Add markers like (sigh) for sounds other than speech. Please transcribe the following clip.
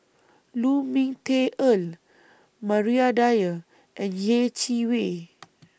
Lu Ming Teh Earl Maria Dyer and Yeh Chi Wei (noise)